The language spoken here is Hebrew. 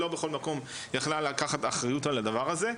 לא בכל מקום יכלה לקחת אחריות על הדבר הזה.